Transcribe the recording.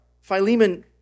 Philemon